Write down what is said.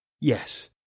Yes